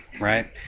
right